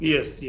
Yes